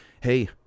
hey